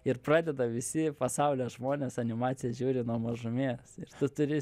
ir pradeda visi pasaulio žmonės animaciją žiūri nuo mažumės ir tu turi